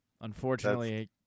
unfortunately